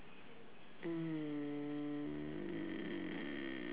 mm